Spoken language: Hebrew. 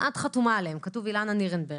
את חתומה עליהם, כתוב אילנה נירנברג.